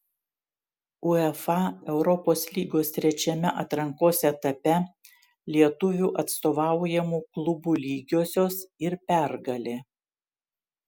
uefa europos lygos trečiame atrankos etape lietuvių atstovaujamų klubų lygiosios ir pergalė